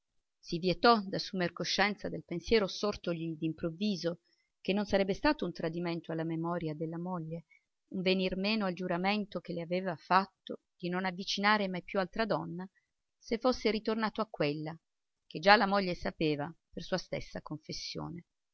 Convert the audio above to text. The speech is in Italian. vietò d'assumer coscienza del pensiero sortogli d'improvviso che non sarebbe stato un tradimento alla memoria della moglie un venir meno al giuramento che le aveva fatto di non avvicinare mai più altra donna se fosse ritornato a quella che già la moglie sapeva per sua stessa confessione